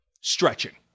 Stretching